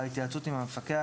בהתייעצות עם המפקח,